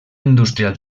industrial